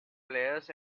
players